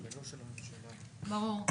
ברור.